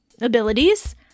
abilities